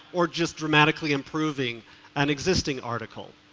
or just dramatically improving an existing article.